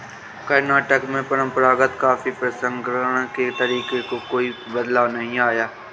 कर्नाटक में परंपरागत कॉफी प्रसंस्करण के तरीके में कोई बदलाव नहीं आया है